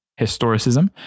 historicism